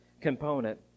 component